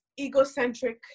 egocentric